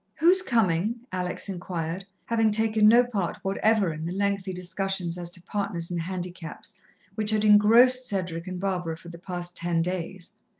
who is coming? alex inquired, having taken no part whatever in the lengthy discussions as to partners and handicaps which had engrossed cedric and barbara for the past ten days.